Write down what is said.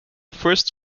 first